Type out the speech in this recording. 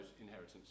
inheritance